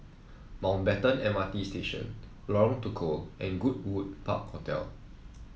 Mountbatten M R T Station Lorong Tukol and Goodwood Park Hotel